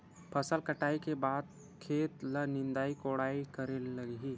फसल कटाई के बाद खेत ल निंदाई कोडाई करेला लगही?